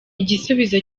igisubizo